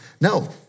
no